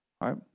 Right